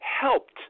helped